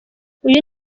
uyu